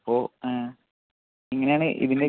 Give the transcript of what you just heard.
അപ്പോ ഇങ്ങനെയാണ് ഇതിൻ്റെ